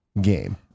game